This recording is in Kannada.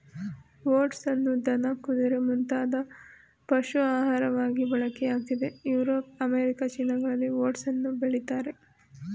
ಓಟ್ಸನ್ನು ದನ ಕುದುರೆ ಮುಂತಾದ ಪಶು ಆಹಾರವಾಗಿ ಬಳಕೆಯಾಗ್ತಿದೆ ಯುರೋಪ್ ಅಮೇರಿಕ ಚೀನಾಗಳಲ್ಲಿ ಓಟ್ಸನ್ನು ಬೆಳಿತಾರೆ